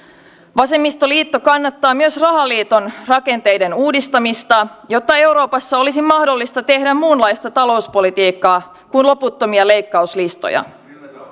vasemmistoliitto kannattaa myös rahaliiton rakenteiden uudistamista jotta euroopassa olisi mahdollista tehdä muunlaista talouspolitiikkaa kuin loputtomia leikkauslistoja